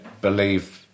believe